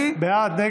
בעד אלון טל,